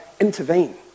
intervene